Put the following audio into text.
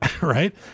Right